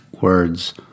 words